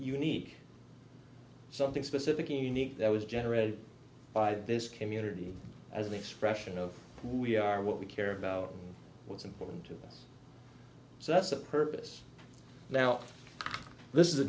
nique something specific in unique that was generated by this community as an expression of who we are what we care about what's important to us so that's the purpose now this is the